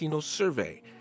survey